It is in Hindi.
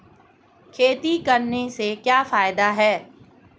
खेती करने से क्या क्या फायदे हैं?